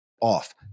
off